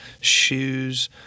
shoes